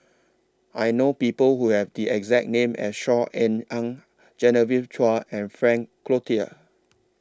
I know People Who Have The exact name as Saw Ean Ang Genevieve Chua and Frank Cloutier